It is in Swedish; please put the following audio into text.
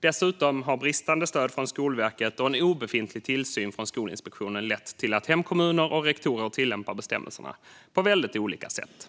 Dessutom har bristande stöd från Skolverket och en obefintlig tillsyn från Skolinspektionen lett till att hemkommuner och rektorer har tillämpat bestämmelserna på väldigt olika sätt.